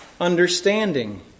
understanding